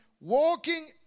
walking